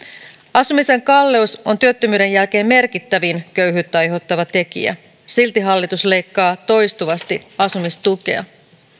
asumisen kalleus on työttömyyden jälkeen merkittävin köyhyyttä aiheuttava tekijä silti hallitus leikkaa toistuvasti asumistukea